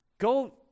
Go